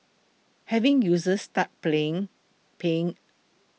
having users start playing paying